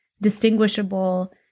distinguishable